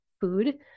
food